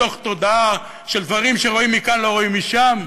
מתוך תודעה של דברים שרואים מכאן לא רואים משם,